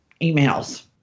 emails